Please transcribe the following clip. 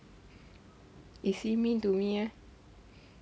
is he mean to me ah